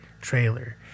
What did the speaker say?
trailer